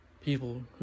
people